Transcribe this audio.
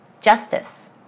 justice